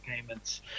payments